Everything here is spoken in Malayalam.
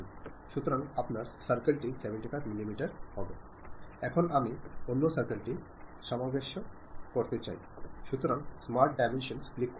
അതിനാൽ നിങ്ങളുടെ സന്ദേശങ്ങൾ തിരഞ്ഞെടുക്കുമ്പോൾ സന്ദേശം രൂപപ്പെടുത്തുമ്പോൾ നിങ്ങൾ കൈമാറിയ വസ്തുതയുടെ അനുഭവം പൂർത്തിയായി എന്നു മനസിലാക്കുക